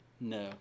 No